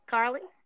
Carly